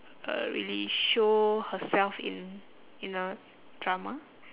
uh really show herself in in a drama